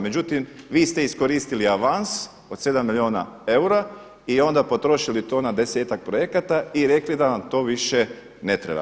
Međutim, vi ste iskoristili avans od 7 milijuna euro i onda potrošili to na 10-tak projekata i rekli da vam to više ne treba.